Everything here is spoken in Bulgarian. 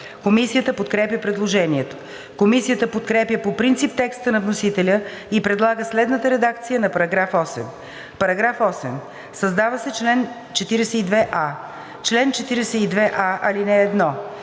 Комисията подкрепя предложението. Комисията подкрепя по принцип текста на вносителя и предлага следната редакция на § 8: „§ 8. Създава се чл. 42а: „Чл. 42а.